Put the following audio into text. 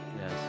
Yes